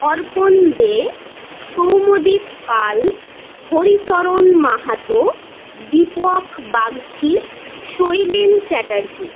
Arpan Dey Soumyadip Pal Haricharan Mahato Deepak Bagchi Shailen Chatterjee